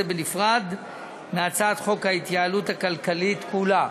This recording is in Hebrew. בנפרד מהצעת חוק ההתייעלות הכלכלית כולה.